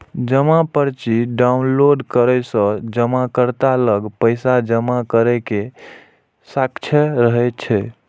जमा पर्ची डॉउनलोड करै सं जमाकर्ता लग पैसा जमा करै के साक्ष्य रहै छै